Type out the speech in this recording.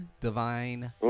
Divine